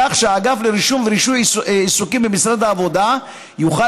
כך שהאגף לרישום ורישוי עיסוקים במשרד העבודה יוכל